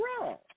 wrong